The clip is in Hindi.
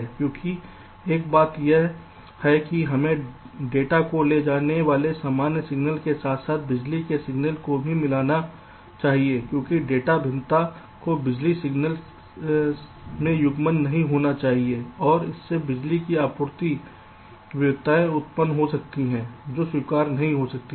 क्योंकि एक बात यह है कि हमें डेटा को ले जाने वाले सामान्य सिग्नल के साथ साथ बिजली के सिग्नल को भी नहीं मिलाना चाहिए क्योंकि डेटा भिन्नता को बिजली सिग्नल में युगल नहीं होना चाहिए औरइससे बिजली की आपूर्ति विविधताएं उत्पन्न होती है जो स्वीकार्य नहीं हो सकती हैं